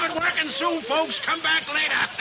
working soon, folks. come back later.